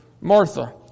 Martha